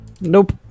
Nope